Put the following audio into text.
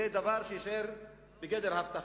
זה דבר שיישאר בגדר הבטחה.